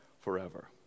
forever